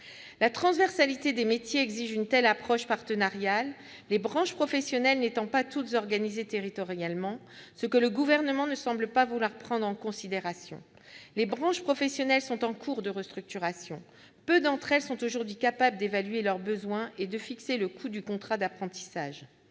La transversalité des métiers exige une telle approche partenariale, les branches professionnelles n'étant pas toutes organisées territorialement, ce que le Gouvernement ne semble pas vouloir prendre en considération. Les branches professionnelles sont en cours de restructuration. Peu d'entre elles sont aujourd'hui capables d'évaluer leurs besoins et de fixer le coût du contrat d'apprentissage.